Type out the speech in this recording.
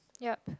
yup